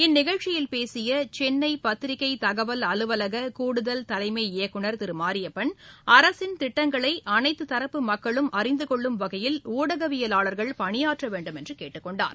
இந்நிகழ்ச்சியில் பேசிய சென்னை பத்திரிகை தகவல் அலுவலக கூடுதல் தலைமை இயக்குனர் திரு மாரியப்பன் அரசின் திட்டங்களை அனைத்துத் தரப்பு மக்களும் அறிந்து கொள்ளும் வகையில் ஊடகவியலாளர்கள் பணியாற்ற வேண்டும் என்று கேட்டுக் கொண்டார்